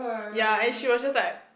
ya and she was just like